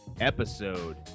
episode